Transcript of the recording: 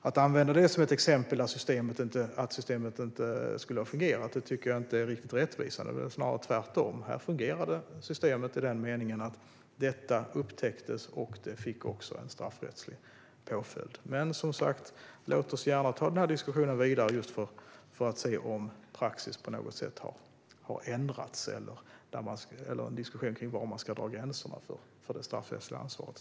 Att använda det som ett exempel på att systemet inte skulle ha fungerat tycker jag inte är riktigt rättvisande. Det är snarare tvärtom. Här fungerade systemet i den meningen att detta upptäcktes och fick en straffrättslig påföljd. Men som sagt fortsätter jag gärna den här diskussionen för att se om praxis på något sätt har ändrats och var man ska dra gränserna för det straffrättsliga ansvaret.